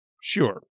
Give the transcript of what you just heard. Sure